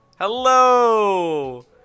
hello